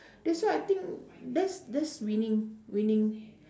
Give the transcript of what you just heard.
that's why I think that's that's winning winning